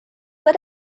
that